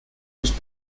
was